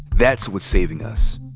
that's what's saving us.